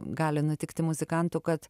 gali nutikti muzikantų kad